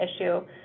issue